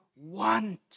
want